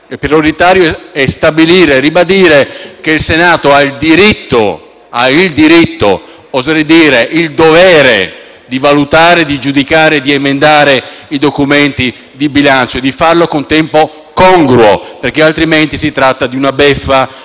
e prioritario è ribadire che il Senato ha il diritto, oserei dire il dovere, di valutare, di giudicare e di emendare i documenti di bilancio e di farlo con tempo congruo, perché altrimenti si tratta di una beffa,